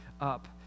up